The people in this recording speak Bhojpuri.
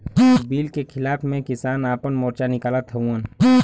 बिल के खिलाफ़ में किसान आपन मोर्चा निकालत हउवन